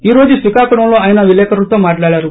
ఈ రోజు శ్రీకాకుళంలో ఆయన విలేకర్లతో మాట్లాడారు